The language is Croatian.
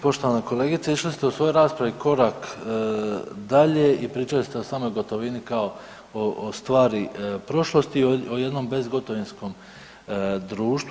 Poštovana kolegice išli ste u svojoj raspravi korak dalje i pričali ste o samoj gotovini kao o stvari prošlosti, o jednom bezgotovinskom društvu.